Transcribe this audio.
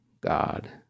God